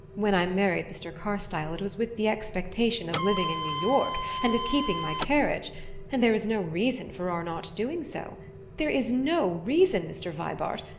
when i married mr. carstyle it was with the expectation of living in new york and of keeping my carriage and there is no reason for our not doing so there is no reason, mr. vibart,